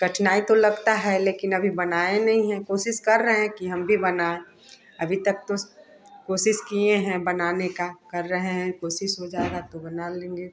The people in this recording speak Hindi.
कठिनाई तो लगता है लेकिन अभी बनाए नहीं हैं कोशिश कर रहे हैं कि हम भी बनाए अभी तक तो कोशिश किए हैं बनाने का कर रहे हैं कोशिश हो जाएगा तो बना लेंगे